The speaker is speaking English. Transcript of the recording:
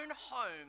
home